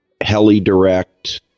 HeliDirect